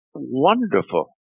Wonderful